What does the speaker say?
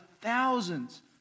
thousands